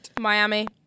Miami